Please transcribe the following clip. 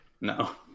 No